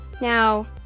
Now